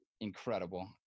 incredible